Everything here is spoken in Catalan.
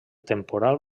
temporal